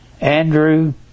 Andrew